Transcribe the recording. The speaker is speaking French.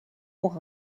pour